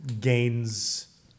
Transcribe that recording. gains